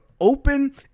open